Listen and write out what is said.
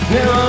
Now